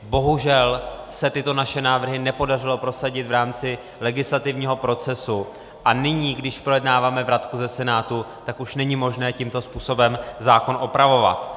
Bohužel se tyto naše návrhy nepodařilo prosadit v rámci legislativního procesu a nyní, když projednáváme vratku ze Senátu, už není možné tímto způsobem zákon opravovat.